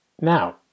Now